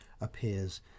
appears